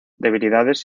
debilidades